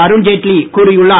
அருண் ஜெட்லி கூறியுள்ளார்